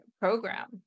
program